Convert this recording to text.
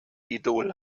idol